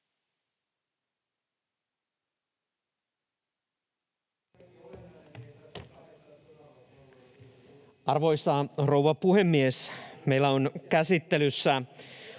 Arvoisa rouva puhemies! Meillä on käsittelyssä